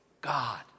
God